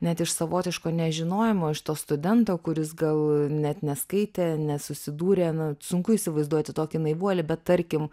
net iš savotiško nežinojimo iš to studento kuris gal net neskaitė nesusidūrė na sunku įsivaizduoti tokį naivuolį bet tarkim